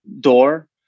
door